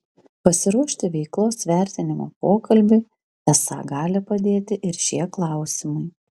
pasiruošti veiklos vertinimo pokalbiui esą gali padėti ir šie klausimai